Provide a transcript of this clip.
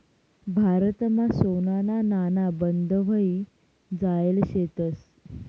भारतमा सोनाना नाणा बंद व्हयी जायेल शेतंस